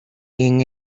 sin